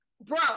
bro